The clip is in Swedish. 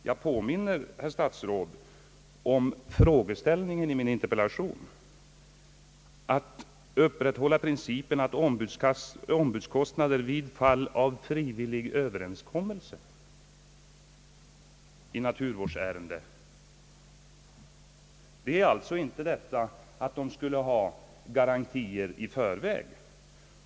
Jag påminner, herr statsråd, om frågeställningen i min interpellation, som avsåg att upprätthålla principen om ombudskostnader vid fall av frivillig överenskommelse i naturvårdsärenden. Det är alltså inte fråga om att ägaren skulle ha garantier i förväg.